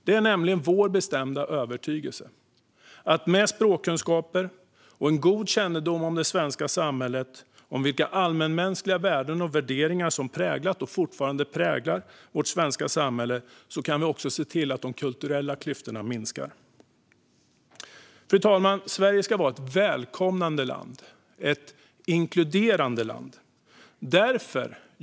Det är nämligen vår bestämda övertygelse att man med språkkunskaper och en god kännedom om det svenska samhället och om vilka allmänmänskliga värden och värderingar som präglat och fortfarande präglar vårt svenska samhälle kan se till att de kulturella klyftorna minskar. Fru talman! Sverige ska vara ett välkomnande land och ett inkluderande land.